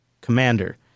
commander